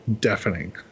deafening